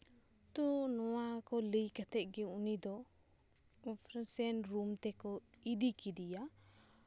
ᱛᱚ ᱱᱚᱣᱟ ᱠᱚ ᱞᱟᱹᱭ ᱠᱟᱛᱮᱜ ᱜᱮ ᱩᱱᱤ ᱫᱚ ᱚᱯᱟᱨᱮᱥᱚᱱ ᱨᱩᱢ ᱛᱮᱠᱚ ᱤᱫᱤ ᱠᱮᱫᱮᱭᱟ